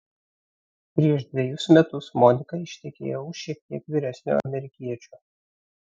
prieš dvejus metus monika ištekėjo už šiek tiek vyresnio amerikiečio